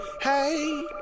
Hey